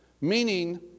Meaning